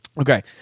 Okay